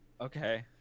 okay